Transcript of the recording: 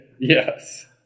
Yes